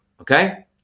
Okay